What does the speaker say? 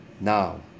Now